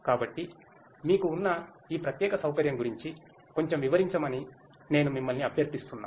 కాబట్టి మీకు ఉన్న ఈ ప్రత్యేక సౌకర్యం గురించి కొంచెం వివరించమని నేను మిమ్మల్ని అభ్యర్థిస్తున్నాను